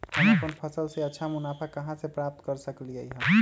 हम अपन फसल से अच्छा मुनाफा कहाँ से प्राप्त कर सकलियै ह?